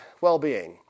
well-being